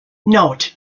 note